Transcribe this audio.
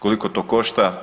Koliko to košta?